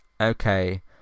Okay